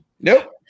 Nope